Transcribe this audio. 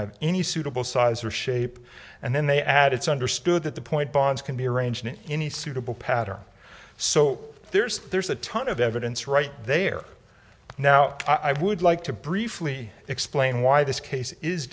can have any suitable size or shape and then they add it's understood that the point bonds can be arranged in any suitable pattern so there's there's a ton of evidence right there now i would like to briefly explain why this case is